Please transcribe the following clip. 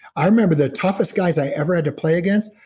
i remember the toughest guys i ever had to play against,